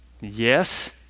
Yes